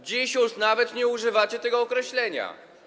Dziś już nawet nie używacie tego określenia.